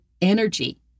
energy